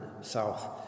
South